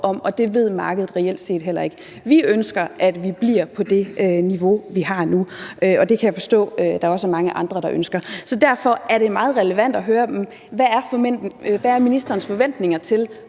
det ved markedet reelt set heller ikke. Venstre ønsker, at vi bliver på det niveau, vi har nu, og det kan jeg forstå der også er mange andre der ønsker. Derfor er det meget relevant at høre: Hvad er ministerens forventninger til,